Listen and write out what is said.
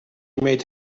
made